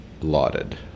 lauded